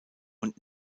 und